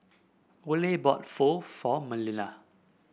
Oley bought Pho for Manilla